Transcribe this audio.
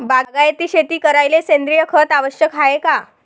बागायती शेती करायले सेंद्रिय खत आवश्यक हाये का?